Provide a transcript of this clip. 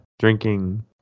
drinking